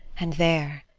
and there,